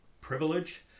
privilege